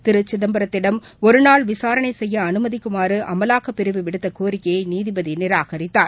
திருசிதம்பரத்திடம் ஒருநாள் விசாரணைசெய்யஅனுமதிக்குமாறுஅமலாக்கப்பிரிவு விடுத்தகோரிக்கையைநீதிபதிநிராகரித்தார்